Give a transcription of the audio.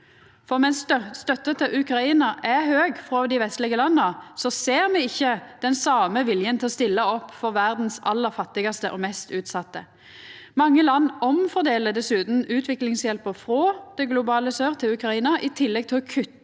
For mens støtta til Ukraina er stor frå dei vestlege landa, ser me ikkje den same viljen til å stilla opp for dei aller fattigaste og mest utsette i verda. Mange land omfordeler dessutan utviklingshjelpa frå det globale sør til Ukraina, i tillegg til å kutta